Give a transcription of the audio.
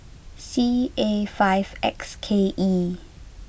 C A five X K E